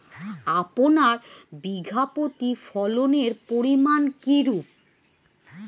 আপনার বিঘা প্রতি ফলনের পরিমান কীরূপ?